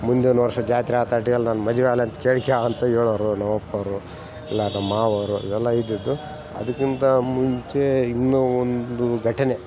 ಮುಂದಿನ ವರ್ಷ ಜಾತ್ರೆ ಆ ತರ್ಟಿಯಲ್ಲಿ ನನ್ನ ಮದುವೆನಾ ಅಂತ ಕೇಳಿಕಾ ಅಂತ ಹೇಳೋರು ನಮ್ಮ ಅಪ್ಪೋರು ಇಲ್ಲಾ ನಮ್ಮ ಮಾವೋರು ಇವೆಲ್ಲ ಇದ್ದಿದ್ದು ಅದಕ್ಕಿಂತ ಮುಂಚೆ ಇನ್ನೂ ಒಂದು ಘಟನೆ